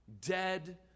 Dead